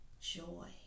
joy